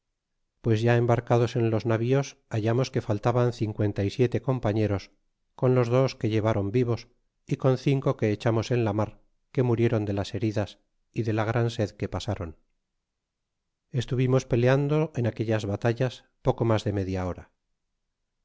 pues ya embarcados en los navíos hallamos que faltaban cincuenta y siete compañeros con los dos que llevron vivos y con cinco que echamos en la mar que murieron de las heridas y de la gran sed que pasron estuvimos peleando en aquellas batallas poco mas de media hora